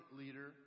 leader